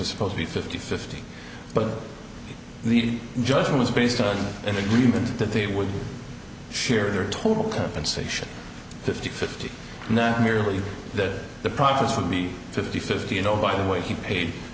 are supposed to be fifty fifty but the judgment is based on an agreement that they would share their total compensation fifty fifty now merely that the profits from the fifty fifty you know by the way he paid